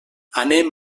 anem